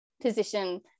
Position